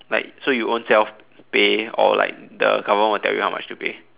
like so you ownself pay or like the government will tell you how much to pay